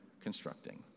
constructing